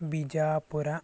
Bijapur